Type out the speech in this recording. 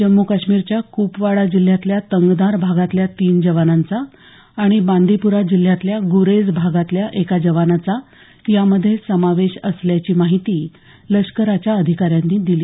जम्मू काश्मीरच्या कूपवाडा जिल्ह्यातल्या तंगधार भागातल्या तीन जवानांचा तर बांदिपुरा जिल्ह्यात गुरेज भागातल्या एका जवानाचा यामध्ये समावेश असल्याची माहिती लष्कराच्या अधिकाऱ्यांनी दिली